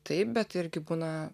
taip bet irgi būna